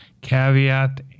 caveat